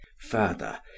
Further